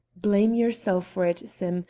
blame yourself for it, sim,